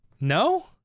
No